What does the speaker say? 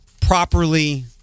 properly